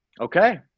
Okay